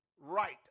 right